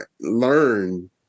Learn